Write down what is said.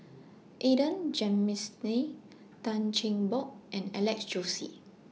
Adan Jim Miss Lee Tan Cheng Bock and Alex Josey